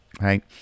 Right